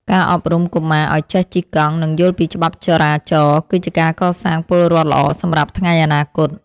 ការអប់រំកុមារឱ្យចេះជិះកង់ និងយល់ពីច្បាប់ចរាចរណ៍ គឺជាការកសាងពលរដ្ឋល្អសម្រាប់ថ្ងៃអនាគត។